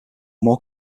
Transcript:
more